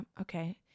Okay